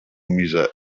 میگذاره